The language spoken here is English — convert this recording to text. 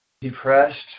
depressed